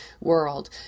world